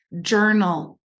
Journal